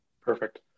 Perfect